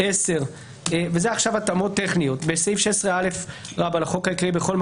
12. סעיף 16ג לחוק העיקרי בטל.